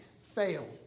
fail